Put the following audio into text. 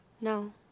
No